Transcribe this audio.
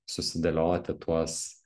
susidėlioti tuos